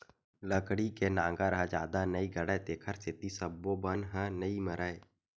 लकड़ी के नांगर ह जादा नइ गड़य तेखर सेती सब्बो बन ह नइ मरय